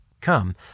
come